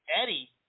Eddie